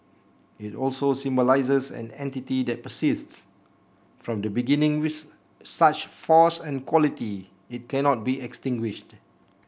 it also symbolises an entity that persists from the beginning with such force and quality it cannot be extinguished